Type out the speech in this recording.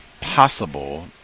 possible